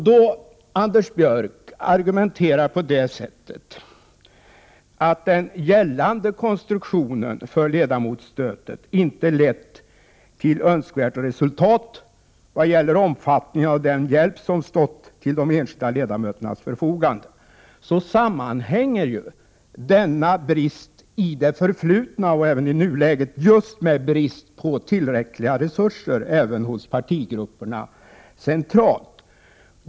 Då Anders Björck argumenterar på det sättet, att den gällande konstruktionen för ledamotsstödet inte lett till önskvärt resultat vad gäller omfattningen av den hjälp som stått till de enskilda ledamöternas förfogande, vill jag säga att denna brist i det förflutna och även i nuläget sammanhänger just med brist på tillräckliga resurser hos partigrupperna centralt.